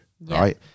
right